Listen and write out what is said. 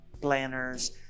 planners